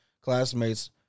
classmates